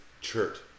chert